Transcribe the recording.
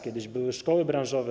Kiedyś były szkoły branżowe.